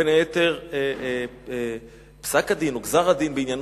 בין היתר פסק-הדין או גזר-הדין בעניין